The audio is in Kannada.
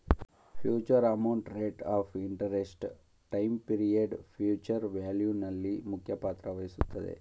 future amount, rate of interest, time period future value ನಲ್ಲಿ ಮುಖ್ಯ ಪಾತ್ರ ವಹಿಸುತ್ತದೆ